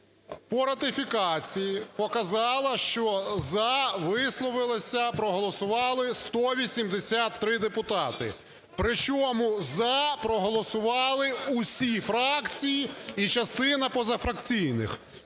по ратифікації показало, що "за" висловилося, проголосували 183 депутати. Причому "за" проголосували усі фракції і частина позафракційних.